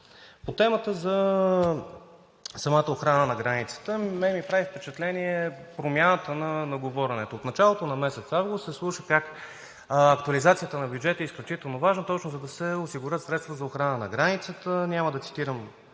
По темата за самата охрана на границата. На мен ми прави впечатление промяната на говоренето. От началото на месец август се слуша как актуализацията на бюджета е изключително важна, точно за да се осигурят средства за охрана на границата. Няма да цитирам